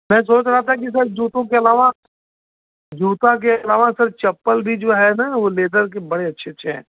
मैं सोच रहा था कि सर जूतों के अलावा जूता के अलावा सर चप्पल भी जो हैं ना वे लेदर के बड़े अच्छे अच्छे हैं